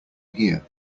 here